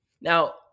Now